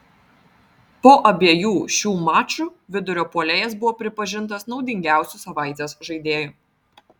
po abiejų šių mačų vidurio puolėjas buvo pripažintas naudingiausiu savaitės žaidėju